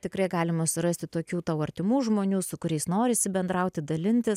tikrai galima surasti tokių tau artimų žmonių su kuriais norisi bendrauti dalintis